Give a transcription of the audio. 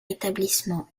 établissement